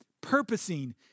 purposing